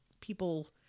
people